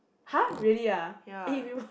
!huh! really ah